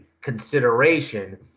consideration